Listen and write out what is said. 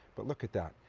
but look at that,